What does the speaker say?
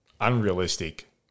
unrealistic